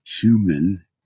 human